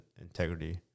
integrity